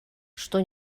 что